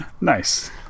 Nice